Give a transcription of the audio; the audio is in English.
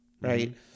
right